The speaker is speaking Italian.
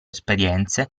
esperienze